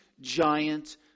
giant